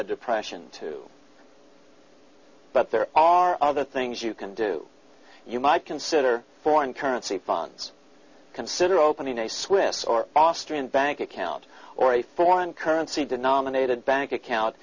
a depression to but there are other things you can do you might consider foreign currency funds consider opening a swiss or austrian bank account or a foreign currency denominated bank account